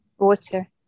water